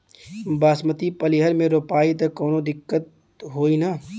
बासमती पलिहर में रोपाई त कवनो दिक्कत ना होई न?